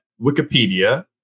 Wikipedia